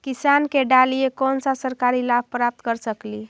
किसान के डालीय कोन सा सरकरी लाभ प्राप्त कर सकली?